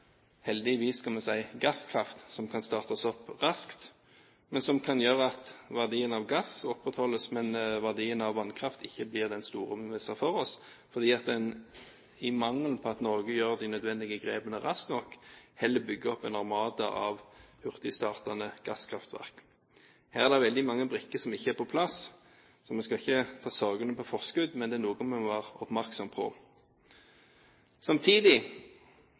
heldigvis kan vi vel si – gasskraftverk som kan startes opp raskt, men som kan gjøre at verdien av gass opprettholdes, mens verdien av vannkraft ikke blir den store vi ser for oss, fordi at en, i mangel av at Norge gjør de nødvendige grepene raskt nok, heller bygger opp en armada av hurtigstartende gasskraftverk. Her er det veldig mange brikker som ikke er på plass. Vi skal ikke ta sorgene på forskudd, men det er noe vi må være oppmerksom på. Samtidig